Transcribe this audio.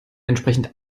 entsprechend